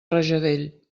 rajadell